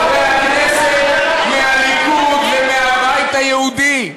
חברי הכנסת מהליכוד ומהבית היהודי,